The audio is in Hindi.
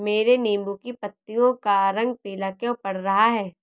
मेरे नींबू की पत्तियों का रंग पीला क्यो पड़ रहा है?